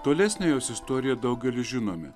tolesnę jos istoriją daugelis žinome